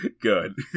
Good